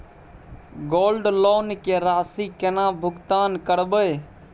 Gold loan के राशि केना भुगतान करबै?